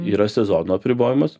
yra sezono apribojimas